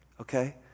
Okay